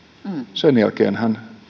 sen jälkeenhän